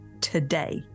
today